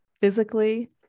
physically